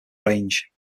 range